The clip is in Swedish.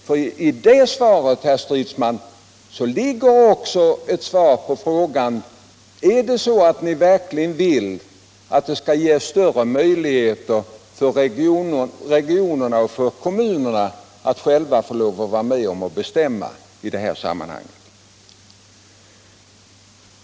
I det svaret, herr Stridsman, ligger också ett svar på frågan: Vill ni verkligen att det skall ges större möjligheter för regionerna och kommunerna att själva få vara med om att bestämma i det här sammanhanget?